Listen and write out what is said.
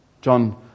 John